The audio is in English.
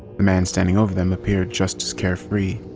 the man standing over them appeared just as carefree.